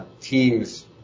teams